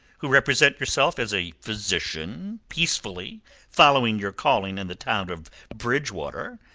who represent yourself as a physician peacefully following your calling in the town of bridgewater,